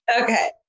Okay